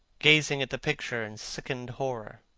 gazing at the picture in sickened horror.